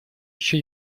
ещё